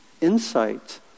insight